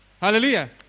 Hallelujah